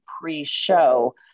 pre-show